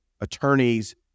attorneys